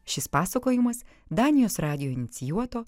šis pasakojimas danijos radijo inicijuoto